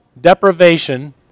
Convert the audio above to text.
deprivation